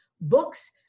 Books